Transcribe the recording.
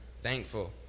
thankful